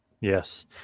yes